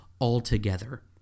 altogether